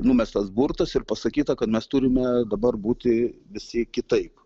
numestas burtas ir pasakyta kad mes turime dabar būti visi kitaip